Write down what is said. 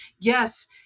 yes